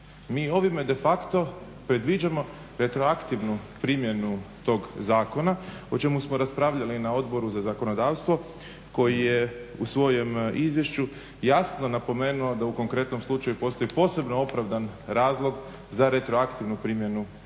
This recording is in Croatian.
Mi ovime de facto predviđamo retroaktivnu primjenu tog zakona o čemu smo raspravljali na Odboru za zakonodavstvo koji je u svojem izvješću jasno napomenuo da u konkretnom slučaju postoji posebno opravdan razlog za retroaktivnu primjenu ovog